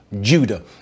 Judah